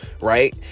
right